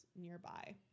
nearby